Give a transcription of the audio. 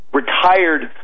retired